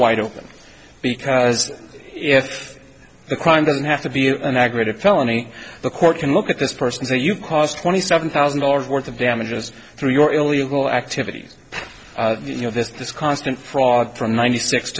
wide open because if the crime doesn't have to be an aggravated felony the court can look at this person say you caused twenty seven thousand dollars worth of damages through your illegal activities you know this this constant fraud from ninety six